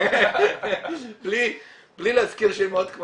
בלי להזכיר שמות.